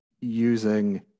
using